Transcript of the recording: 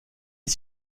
est